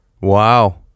Wow